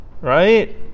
right